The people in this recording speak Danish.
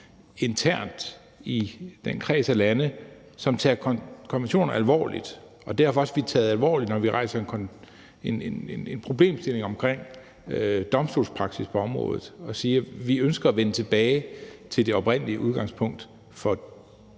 internt i den kreds af lande, som tager konventionerne alvorligt, og hvor vi derfor også bliver taget alvorligt, når vi rejser en problemstilling omkring domstolspraksis på området, siger, at vi ønsker at vende tilbage til det oprindelige udgangspunkt for